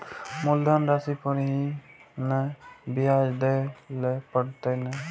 मुलधन राशि पर ही नै ब्याज दै लै परतें ने?